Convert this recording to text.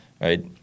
right